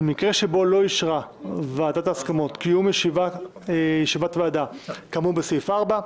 במקרה שבו לא אישרה ועדת ההסכמות קיום ישיבת ועדה כאמור בסעיף 4,